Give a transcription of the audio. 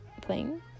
playing